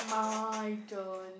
my turn